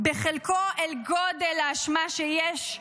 לחלקו בגודל האשמה שיש,